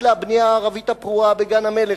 כשהתחילה הבנייה הערבית הפרועה בגן-המלך.